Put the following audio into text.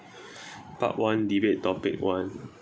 part one debate topic one